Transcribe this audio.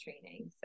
training